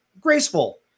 graceful